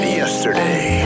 yesterday